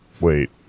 Wait